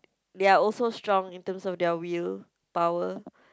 they are also strong in terms of their willpower